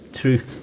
truth